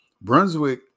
Brunswick